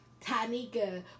Tanika